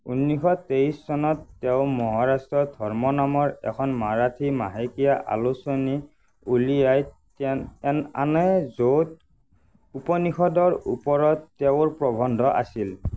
ঊনৈছশ তেইছ চনত তেওঁ মহাৰাষ্ট্ৰ ধৰ্ম নামৰ এখন মাৰাঠী মাহেকীয়া আলোচনী উলিয়াই তেনএন আনে য'ত উপনিষদৰ ওপৰত তেওঁৰ প্ৰবন্ধ আছিল